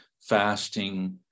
fasting